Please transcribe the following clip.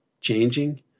changing